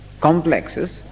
complexes